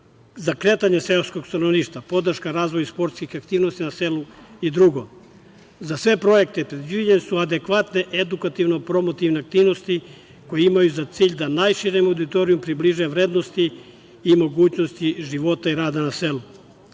za kretanje seoskog stanovništva; podrška razvoju sportskih aktivnosti na selu i drugo.Za sve projekte predviđene su adekvatne edukativno-promotivne aktivnosti, koje imaju za cilj da najširem auditorijumu približe vrednosti i mogućnosti života i rada na